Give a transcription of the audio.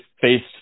faced